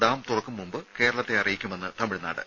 dam തുറക്കും മുമ്പ് കേരളത്തെ അറിയിക്കുമെന്ന് തമിഴ്നാട്